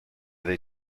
they